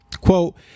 quote